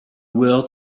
world